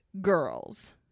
girls